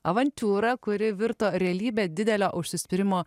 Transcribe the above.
avantiūrą kuri virto realybe didelio užsispyrimo